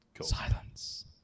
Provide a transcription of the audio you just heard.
silence